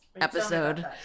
episode